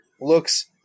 looks